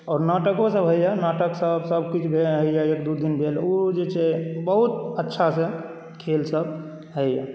आओर नाटको सब होइए नाटकसब सबकिछु होइए एक दुइ दिन भेल ओ जे छै बहुत अच्छासँ खेलसब होइए